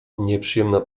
nieprzyjemna